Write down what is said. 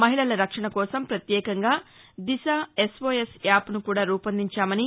మహిళల రక్షణ కోసం పత్యేకంగా దిశ ఎస్ ఓ ఎస్ యాప్ను కూడా రూపొందించామని